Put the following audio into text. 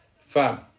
fam